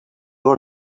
were